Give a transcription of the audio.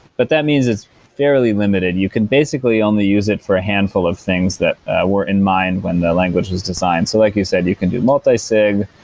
but that means it's fairly limited. limited. you can basically only use it for a handful of things that were in mind when the language is designed. so like you said, you can do multi-sig.